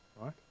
right